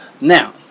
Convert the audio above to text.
now